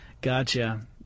Gotcha